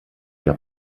der